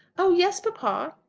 oh yes, papa.